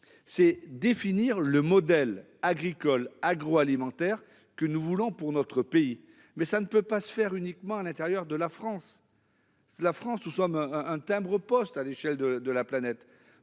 faut définir le modèle agricole agroalimentaire que l'on veut pour notre pays, mais cela ne peut pas se faire uniquement à l'intérieur de la France. Notre pays est un timbre-poste à l'échelle de la planète.